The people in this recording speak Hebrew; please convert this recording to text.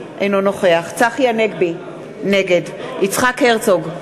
אינו נוכח צחי הנגבי, נגד יצחק הרצוג,